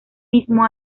mismo